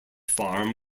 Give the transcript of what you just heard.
farm